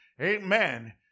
amen